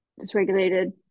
dysregulated